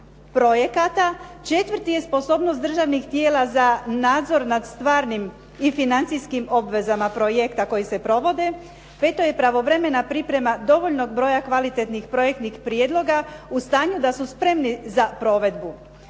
projekata. Četvrti je sposobnost državnih tijela za nadzor nad stvarnim i financijskim obvezama projekta koji se provode. Peto je pravovremena priprema dovoljnog broja kvalitetnih projektnih prijedloga u stanju da su spremni za provedbu.